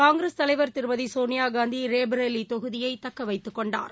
காங்கிரஸ் தலைவர் திருமதிசோனியாகாந்திரேபரெய்விதொகுதியைதக்கவைத்துக் கொண்டார்